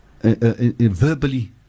verbally